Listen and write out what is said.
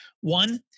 One